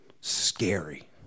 Scary